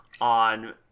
on